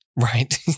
Right